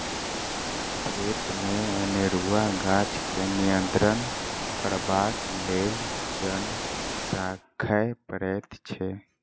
खेतमे अनेरूआ गाछ के नियंत्रण करबाक लेल जन राखय पड़ैत छै